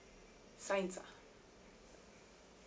science ah